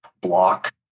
block